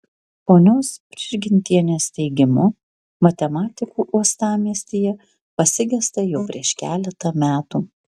ponios prižgintienės teigimu matematikų uostamiestyje pasigesta jau prieš keletą metų